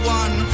one